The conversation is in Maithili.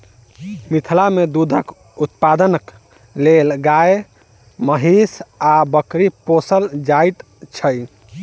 मिथिला मे दूधक उत्पादनक लेल गाय, महीँस आ बकरी पोसल जाइत छै